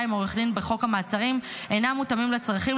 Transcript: עם עורך דין בחוק המעצרים אינם מותאמים לצרכים,